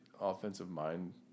offensive-mind